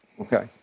Okay